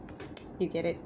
you get it